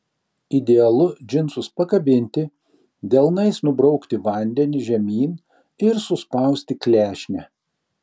idealu džinsus pakabinti delnais nubraukti vandenį žemyn ir suspausti klešnę